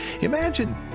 Imagine